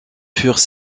furent